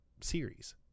series